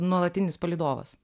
nuolatinis palydovas